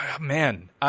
Man